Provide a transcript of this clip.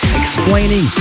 explaining